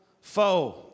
foe